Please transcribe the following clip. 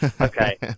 okay